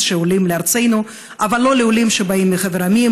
שעולים לארצנו אבל לא לעולים שבאים מחבר העמים,